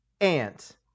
Ant